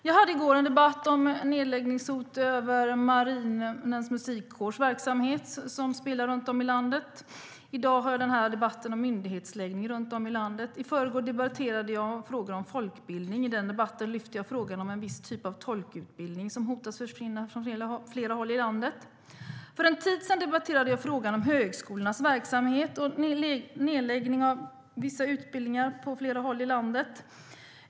Jag hade i går en debatt om nedläggningshot över Marinens Musikkår, som spelar runt om i landet. I dag har jag den här debatten om myndighetsnedläggning runt om i landet. I förrgår debatterade jag en fråga om folkbildning. I den debatten lyfte jag frågan om en viss typ av tolkutbildning, där det finns hot om att den försvinner på flera håll i landet. För en tid sedan debatterade jag frågan om högskolornas verksamhet och nedläggning av vissa utbildningar på flera håll i landet.